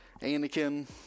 Anakin